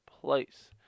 place